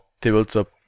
tabletop